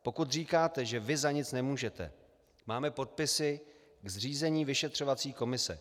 Pokud říkáte, že za nic nemůžete, máme podpisy ke zřízení vyšetřovací komise.